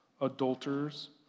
adulterers